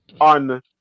on